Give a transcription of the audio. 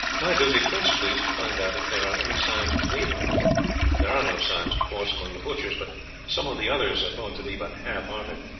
my duty principally is to find out if there are any signs of wavering there are no signs, of course, among the butchers, but some of the others are thought to be but half-hearted.